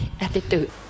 attitude